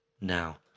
Now